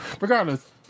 Regardless